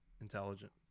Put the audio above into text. intelligent